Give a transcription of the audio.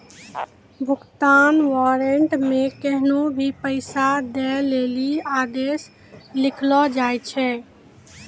भुगतान वारन्ट मे कोन्हो भी पैसा दै लेली आदेश लिखलो जाय छै